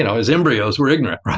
and as embryos, we're ignorant,